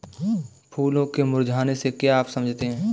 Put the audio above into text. फूलों के मुरझाने से क्या आप समझते हैं?